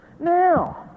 Now